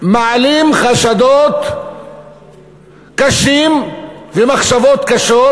מעלים חשדות קשים ומחשבות קשות,